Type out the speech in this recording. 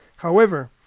however,